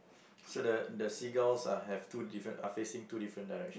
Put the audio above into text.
so the the seagulls are have two different are facing two different direct